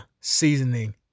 seasoning